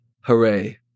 hooray